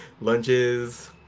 Lunches